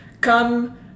come